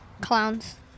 clowns